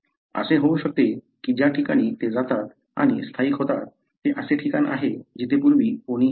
असे होऊ शकते की ज्या ठिकाणी ते जातात आणि स्थायिक होतात ते असे ठिकाण आहे जिथे पूर्वी कोणीही राहत नव्हते